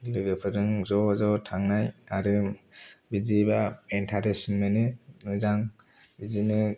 लोगोफोरजों ज' ज' थांनाय आरो बिदिबा इन्टारेस्ट मोनो मोजां बिदिनो